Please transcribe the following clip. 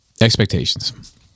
Expectations